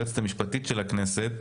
ליועצת המשפטית של הכנסת,